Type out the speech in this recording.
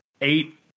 eight